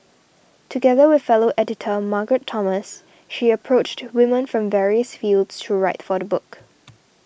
together with fellow editor Margaret Thomas she approached women from various fields to write for the book